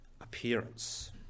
appearance